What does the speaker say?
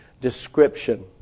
description